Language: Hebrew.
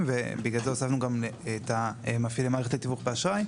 ובגלל זה הוספנו גם את מפעילי מערכת התיווך באשראי,